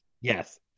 yes